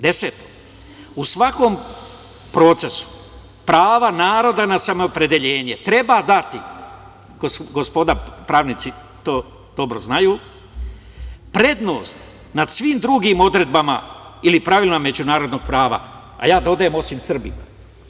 Deseto – u svakom procesu prava naroda na samoopredeljenje treba dati, gospoda pravnici to dobro znaju, prednost nad svim drugim odredbama ili pravima međunarodnog prava, a ja dodajem osim Srbima.